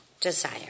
desire